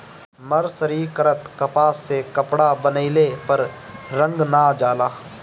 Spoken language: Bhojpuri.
मर्सरीकृत कपास से कपड़ा बनइले पर रंग ना जाला